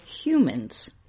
humans